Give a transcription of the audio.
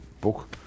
book